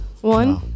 one